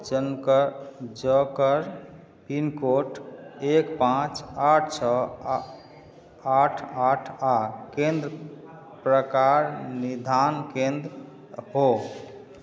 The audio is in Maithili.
जनका जकर पिनकोड एक पाँच आठ छओ आठ आठ आओर केन्द्र प्रकार निदान केन्द्र हो